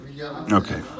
Okay